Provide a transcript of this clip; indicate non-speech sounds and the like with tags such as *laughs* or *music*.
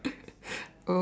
*laughs*